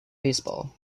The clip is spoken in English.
baseball